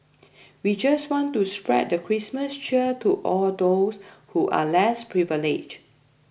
we just want to spread the Christmas cheer to all those who are less privileged